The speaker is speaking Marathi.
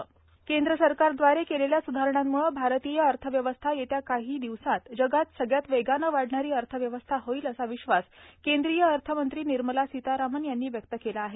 निर्मला सीतारामन केंद्र सरकारदवारे केलेल्या सुधारणांमुळे भारतीय अर्थव्यवस्था येत्या काही दिवसात जगात सगळ्यात वेगानं वाढणारी अर्थव्यवस्था होईल असा विश्वास केंद्रीय अर्थमंत्री निर्मला सीतारामन यांनी व्यक्त केला आहे